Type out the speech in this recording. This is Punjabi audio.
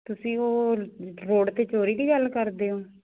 ਤੁਸੀਂ ਉਹ ਰੋਡ ਤੇ ਚੋਰੀ ਦੀ ਗੱਲ ਕਰਦੇ ਹੋ